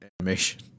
animation